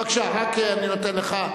בבקשה, רק אני נותן לך.